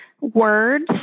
words